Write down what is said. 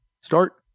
Start